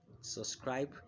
subscribe